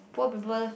poor people